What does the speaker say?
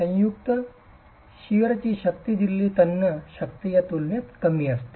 संयुक्त शिअरची शक्ती दिलेली तन्य शक्तीच्या तुलनेत कमी असते